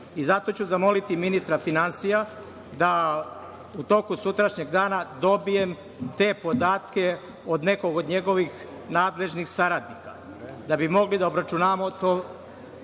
Zato ću zamoliti ministra finansija da u toku sutrašnjeg dana dobijem te podatke od nekog od njegovih nadležnih saradnika da bi mogli da obračunamo te